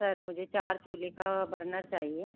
sir मुझे चार चूल्हे का बर्नर चाहिए